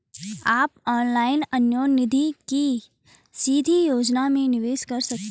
आप ऑनलाइन अन्योन्य निधि की सीधी योजना में निवेश कर सकते हैं